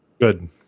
good